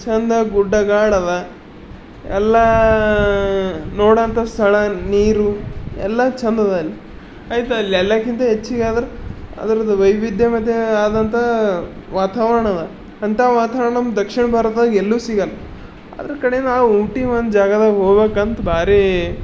ಚಂದ ಗುಡ್ಡಗಾಡದ ಎಲ್ಲ ನೋಡೋಂಥ ಸ್ಥಳ ನೀರು ಎಲ್ಲ ಚಂದದ ಅಲ್ಲಿ ಆಯ್ತು ಅಲ್ಲಿ ಎಲ್ಲಾಕ್ಕಿಂತ ಹೆಚ್ಚಿಗೆ ಆದ್ರೆ ಅದ್ರದ್ದು ವೈವಿಧ್ಯಮತೆ ಆದಂಥ ವಾತಾವರಣ ಅದ ಅಂಥಾ ವಾತಾವರಣ ನಮ್ಮ ದಕ್ಷಿಣ ಭಾರತ್ದಾಗ ಎಲ್ಲೂ ಸಿಗೋಲ್ಲಾ ಅದ್ರ ಕಡೆ ನಾವು ಊಟಿ ಒಂದು ಜಾಗಾದಾಗ ಹೋಗ್ಬೇಕಂತ ಭಾರೀ